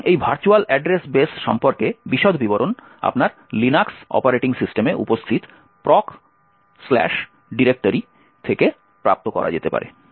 সুতরাং এই ভার্চুয়াল ঠিকানা বেস সম্পর্কে বিশদ বিবরণ আপনার লিনাক্স অপারেটিং সিস্টেমে উপস্থিত proc ডিরেক্টরি থেকে প্রাপ্ত করা যেতে পারে